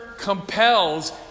compels